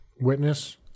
Witness